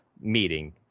meeting